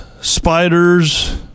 spiders